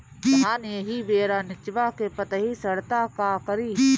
धान एही बेरा निचवा के पतयी सड़ता का करी?